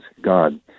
God